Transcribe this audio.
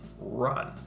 run